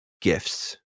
gifts